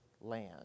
land